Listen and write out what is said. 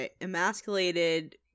emasculated